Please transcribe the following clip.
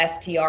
STR